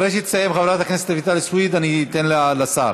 אחרי שתסיים חברת הכנסת רויטל סויד, אני אתן לשר.